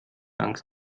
angst